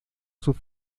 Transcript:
sus